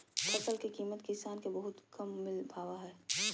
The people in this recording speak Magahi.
फसल के कीमत किसान के बहुत कम मिल पावा हइ